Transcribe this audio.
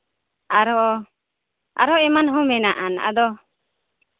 ᱟᱨᱦᱚᱸ ᱟᱨᱦᱚᱸ ᱮᱢᱟᱱ ᱦᱚᱸ ᱢᱮᱱᱟᱜᱼᱟ ᱟᱫᱚ